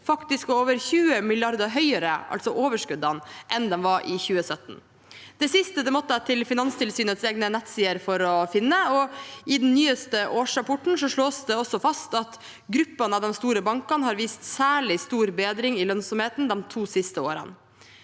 faktisk lå over 20 mrd. kr høyere enn de var i 2017. Det siste måtte jeg til Finanstilsynets egne nettsider for å finne, og i den nyeste årsrapporten slås det også fast at gruppene av de store bankene har vist særlig stor bedring i lønnsomheten de to siste årene.